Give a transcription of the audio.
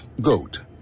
GOAT